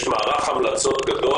יש מערך המלצות גדול.